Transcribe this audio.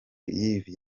yves